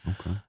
Okay